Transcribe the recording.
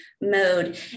mode